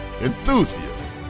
enthusiasts